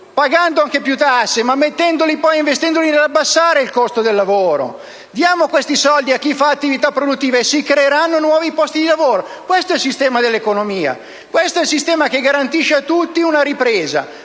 pagando anche più tasse, investendoli poi per abbassare il costo del lavoro. Diamo questi soldi a chi fa attività produttive: si creeranno nuovi posti di lavoro. Questo è il sistema dell'economia, questo è il sistema che garantisce a tutti una ripresa,